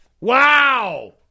Wow